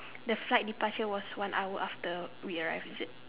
the flight departure was one hour after we arrived is it